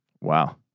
Wow